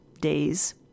days